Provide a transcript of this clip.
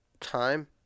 time